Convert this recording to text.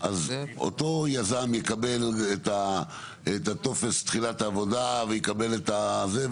אז אותו יזם יקבל את טופס תחילת העובדה ויקבל זה,